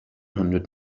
hundred